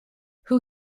who